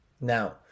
Now